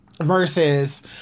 Versus